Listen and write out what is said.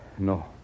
No